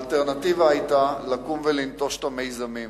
האלטרנטיבה היתה לקום ולנטוש את המיזמים,